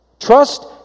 Trust